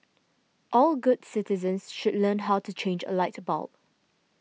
all good citizens should learn how to change a light bulb